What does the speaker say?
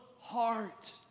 heart